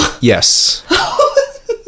yes